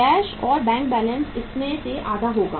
cash और bank balance इसमें से आधा होगा